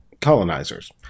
colonizers